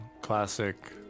Classic